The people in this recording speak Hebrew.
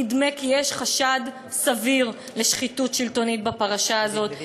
נדמה כי יש חשד סביר לשחיתות שלטונית בפרשה הזו,